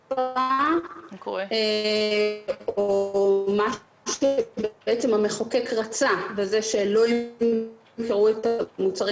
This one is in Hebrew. האכיפה או -- -בעצם המחוקק רצה לזה שלא ימכרו את המוצרים